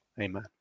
Amen